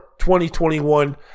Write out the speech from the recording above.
2021